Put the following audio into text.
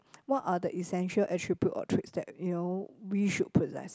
what are the essential attribute or tricks that you know we should possess